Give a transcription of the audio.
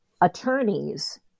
attorneys